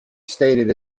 stated